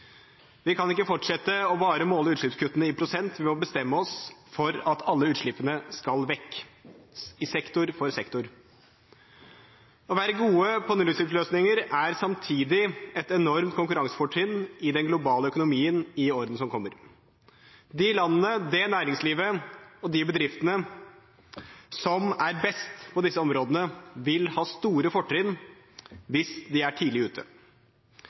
Vi kan ikke fortsette bare å måle utslippskuttene i prosent ved å bestemme oss for at alle utslippene skal vekk sektor for sektor. Å være gode på nullutslippsløsninger er samtidig et enormt konkurransefortrinn i den globale økonomien i årene som kommer. De landene, det næringslivet og de bedriftene som er best på disse områdene, vil ha store fortrinn hvis de er tidlig ute.